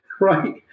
right